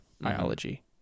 biology